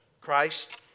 Christ